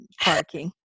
parking